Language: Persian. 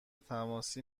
تماسی